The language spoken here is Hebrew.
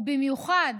ובמיוחד